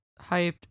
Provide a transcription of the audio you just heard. hyped